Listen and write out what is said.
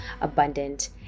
abundant